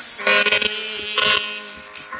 sake